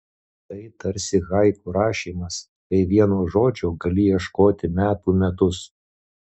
tai tarsi haiku rašymas kai vieno žodžio gali ieškoti metų metus